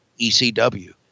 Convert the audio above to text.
ECW